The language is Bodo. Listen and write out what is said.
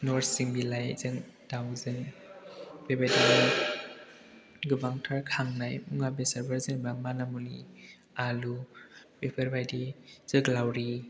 नोरसिं बिलाइजों दाउजों बेबायदिनो गोबांथार खांनाय मुवा बेसादफोर जेनेबा मानिमुनि आलु बेफोरबायदि जोगोलावरि